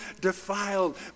defiled